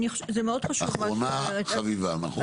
אחרונה חביבה, נכון?